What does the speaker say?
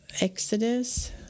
Exodus